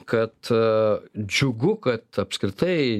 kad a džiugu kad apskritai